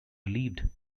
relieved